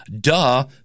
Duh